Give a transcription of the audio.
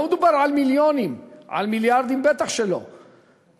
לא מדובר על מיליונים, בטח לא על מיליארדים.